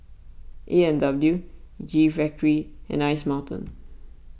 A and W G Factory and Ice Mountain